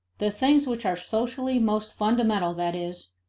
the things which are socially most fundamental, that is,